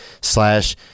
slash